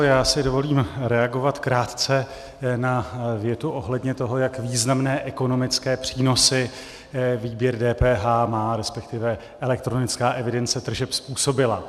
Já si dovolím reagovat krátce na větu ohledně toho, jak významné ekonomické přínosy výběr DPH má resp. elektronická evidence tržeb způsobila.